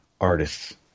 artists